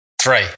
three